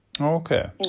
Okay